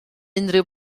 unrhyw